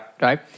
Right